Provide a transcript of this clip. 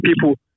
people